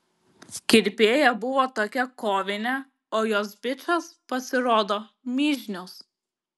kirpėja buvo tokia kovinė o jos bičas pasirodo mižnius